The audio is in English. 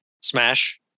Smash